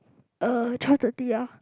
uh twelve thirty ah